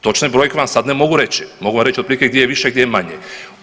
Točne brojke vam sad ne mogu reći, ali mogu vam reći otprilike gdje je više a gdje je manje.